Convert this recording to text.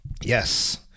yes